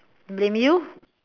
blame you